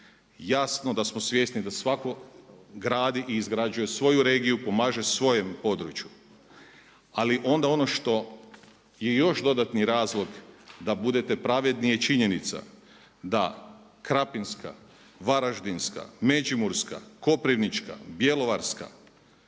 Jasno da smo svjesni da svatko gradi i izgrađuje svoju regiju, pomaže svojem području. Ali onda ono što je još dodatni razlog da budete pravedni je činjenica da Krapinska, Varaždinska, Međimurska, Koprivnička, Bjelovarska,